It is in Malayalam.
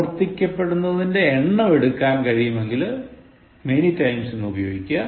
ആവർത്തിക്കപ്പെടുന്നതിന്റെ എണ്ണം എടുക്കാൻ കഴിയുമെങ്കിൽ many times എന്ന് ഉപയോഗിക്കുക